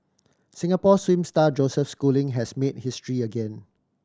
Singapore swim star Joseph Schooling has made history again